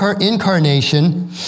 incarnation